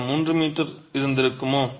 அது 3 m இருந்திருக்குமா